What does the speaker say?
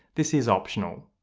this is optional.